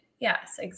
Yes